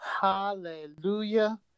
Hallelujah